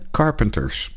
carpenters